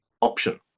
option